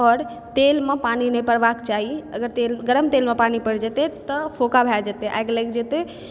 आओर तेलमे पानि नहि पड़बाक चाही अगर गरम तेलमे पानि पड़ि जेतै तऽ फोका भए जेतै आगि लागि जेतै